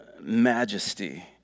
majesty